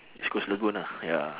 east coast lagoon ah ya